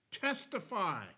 testify